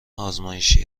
ازمایشی